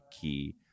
key